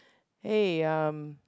hey um